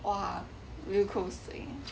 !wah!